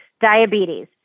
diabetes